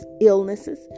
illnesses